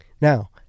Now